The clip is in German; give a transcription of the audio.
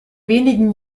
wenigen